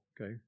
okay